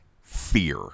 fear